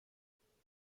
بازاریابی